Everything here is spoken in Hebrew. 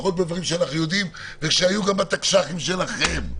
לפחות בדברים שאנחנו יודעים ושהיו גם בתקש"חים שלכם.